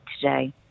today